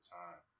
time